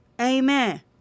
Amen